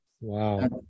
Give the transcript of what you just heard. Wow